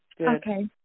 Okay